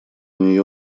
нее